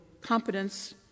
competence